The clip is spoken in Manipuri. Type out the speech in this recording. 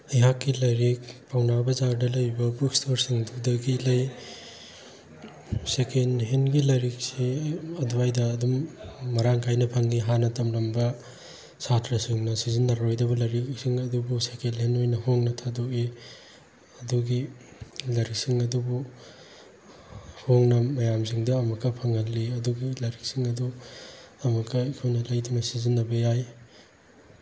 ꯑꯩꯍꯥꯛꯀꯤ ꯂꯥꯏꯔꯤꯛ ꯄꯧꯅꯥ ꯕꯖꯥꯔꯗ ꯂꯩꯕ ꯕꯨꯛ ꯁ꯭ꯇꯣꯔꯁꯤꯡꯗꯨꯗꯒꯤ ꯂꯩ ꯁꯦꯀꯦꯟ ꯍꯦꯟꯒꯤ ꯂꯥꯏꯔꯤꯛꯁꯦ ꯑꯩ ꯑꯗꯨꯋꯥꯏꯗ ꯑꯗꯨꯝ ꯃꯔꯥꯡ ꯀꯥꯏꯅ ꯐꯪꯏ ꯍꯥꯟꯅ ꯇꯝꯂꯝꯕ ꯁꯥꯇ꯭ꯔꯁꯤꯡꯅ ꯁꯤꯖꯤꯟꯅꯔꯣꯏꯗꯕ ꯂꯥꯏꯔꯤꯛꯁꯤꯡ ꯑꯗꯨꯕꯨ ꯁꯦꯀꯦꯜ ꯍꯦꯟ ꯑꯣꯏꯅ ꯍꯣꯡꯅ ꯊꯥꯗꯣꯛꯏ ꯑꯗꯨꯒꯤ ꯂꯥꯏꯔꯤꯛꯁꯤꯡ ꯑꯗꯨꯕꯨ ꯍꯣꯡꯅ ꯃꯌꯥꯝꯁꯤꯡꯗ ꯑꯃꯨꯛꯀ ꯐꯪꯍꯜꯂꯤ ꯑꯗꯨꯒꯤ ꯂꯥꯏꯔꯤꯛꯁꯤꯡ ꯑꯗꯨ ꯑꯃꯨꯛꯀ ꯑꯩꯈꯣꯏꯅ ꯂꯩꯗꯨꯅ ꯁꯤꯖꯤꯟꯅꯕ ꯌꯥꯏ